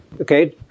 okay